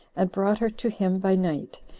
and brought her to him by night,